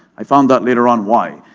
i found out later on why.